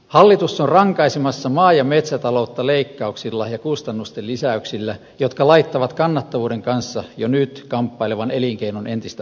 hallitus on rankaisemassa maa ja metsätaloutta leikkauksilla ja kustannusten lisäyksillä jotka laittavat kannattavuuden kanssa jo nyt kamppailevan elinkeinon entistä ahtaammalle